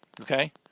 okay